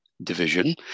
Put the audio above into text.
division